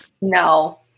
no